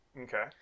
Okay